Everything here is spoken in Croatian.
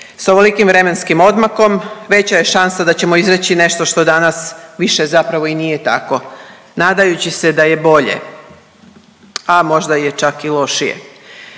Sa ovolikim vremenskim odmakom veća je šansa da ćemo izreći nešto što danas više zapravo i nije tako nadajući se da je bolje, a možda je čak i lošije